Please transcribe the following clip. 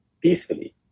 peacefully